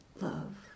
love